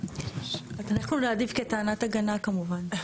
אנחנו נעדיף כטענת הגנה, כמובן.